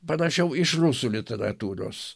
parašiau iš rusų literatūros